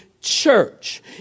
church